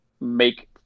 make